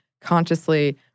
consciously